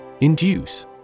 Induce